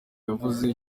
yavuze